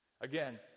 Again